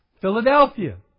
Philadelphia